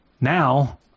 Now